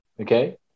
Okay